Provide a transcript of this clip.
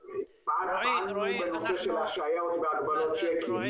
פעלנו בנושא של השהיות בהגבלות צ'קים,